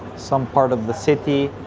some part of the city,